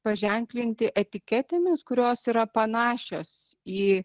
paženklinti etiketėmis kurios yra panašios į